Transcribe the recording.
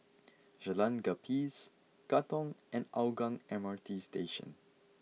Jalan Gapis Katong and Hougang M R T Station